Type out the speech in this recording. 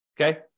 okay